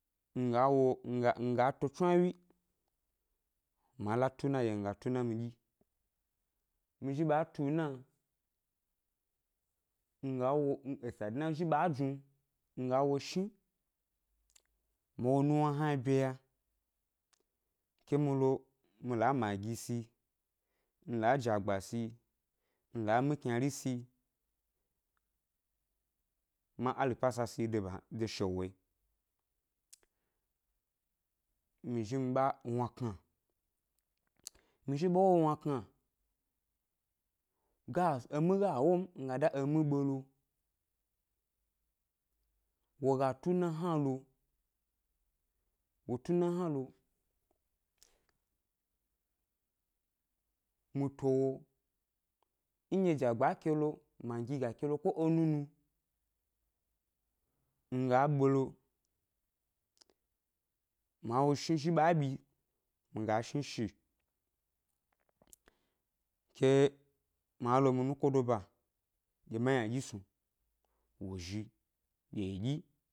Nga wo nga nga to tswnawyi, ma la tu ʻna ɗye nga tuna mi ɗyi, mi zhi ɓa tu ʻna, ngawo esa dna zhi ɓa jnu nga wo shni ma wo nuwna hna byeya ke mi lo mi la magi si, nla jagba si, nla mi kynari si, ma aripasa si de ban de shewo yi, mi zhi mi ɓa wnakna, mi ɓa wo wnakna, ga s emi ga wo m mi ga dá emi ɓe lo, wo ga tu ʻna hna lo, wo tu ʻna hna lo, mi towo, nɗye jagba a ke lo magi ga ke lo ko enu nu, nga ɓe lo, ma wo shni zhi ɓa ɓyi nga shni shi ke ma lo mi nukodo ʻba ɗye ma ynaɗyi snu, wo zhi ge yi ɗyi